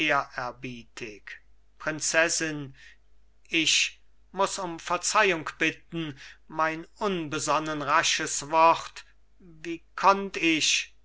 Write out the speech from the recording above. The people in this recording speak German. prinzessin ich muß um verzeihung bitten mein unbesonnen rasches wort wie konnt ich